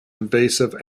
invasive